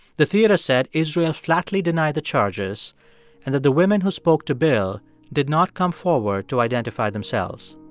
the theater said israel flatly denied the charges and that the women who spoke to bill did not come forward to identify themselves.